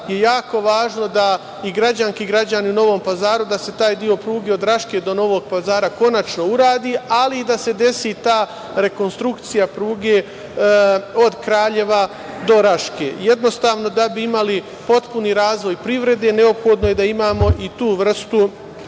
je jako važno da i građanke i građani u Novom Pazaru, da se taj deo pruge od Raške do Novog Pazara konačno uradi, ali i da se desi ta rekonstrukcija pruge od Kraljeva do Raške. Jednostavno, da bi imali potpuni razvoj privrede, neophodno je da imamo i tu vrstu